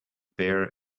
pear